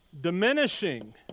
Diminishing